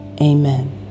Amen